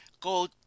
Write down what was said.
go